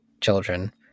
children